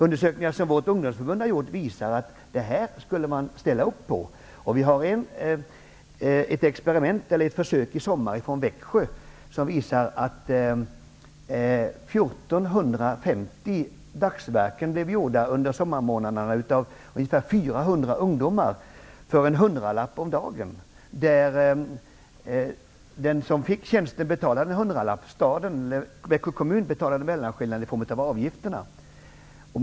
Undersökningar som vårt ungdomsförbund har gjort visar att det här skulle man ställa upp på. Ett försök i sommar i Växjö visar att 1 450 dagsverken blev gjorda under sommarmånaderna av ungefär 400 ungdomar för en hundralapp om dagen. Den som fick tjänsten utförd betalade en hundralapp och Växjö kommun betalade mellanskillnaden i form av avgifterna.